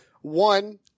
One –